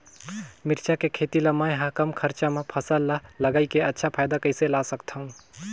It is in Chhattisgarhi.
मिरचा के खेती ला मै ह कम खरचा मा फसल ला लगई के अच्छा फायदा कइसे ला सकथव?